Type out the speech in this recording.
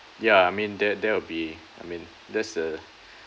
ya I mean that that will be I mean that's uh